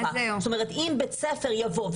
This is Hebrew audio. זאת אומרת: אם בית ספר יבוא,